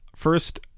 first